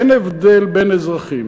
אין הבדל בין אזרחים.